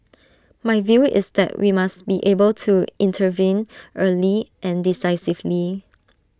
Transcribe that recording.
my view is that we must be able to intervene early and decisively